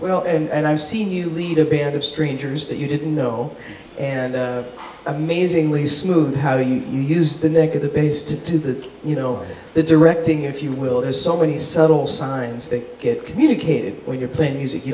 well and i've seen you lead a band of strangers that you didn't know and amazingly smooth how do you use the neck of the bass to do the you know the directing if you will there's so many subtle signs that get communicated when you're playing music you